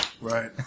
Right